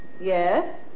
Yes